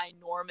ginormous